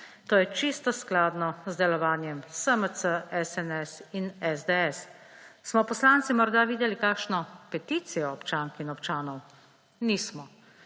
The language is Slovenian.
To je čisto skladno z delovanjem SMC, SNS in SDS. Smo poslanci morda videli kakšno peticijo občank in občanov? Nismo.